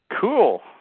Cool